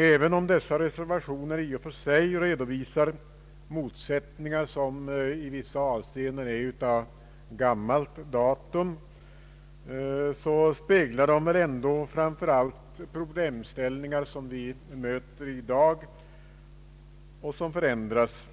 Även om dessa reservationer i och för sig redovisar motsättningar som i vissa avseenden är av gammalt datum speglar de väl ändå framför allt pro blemställningar som vi möter i dag och som förändras,